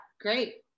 great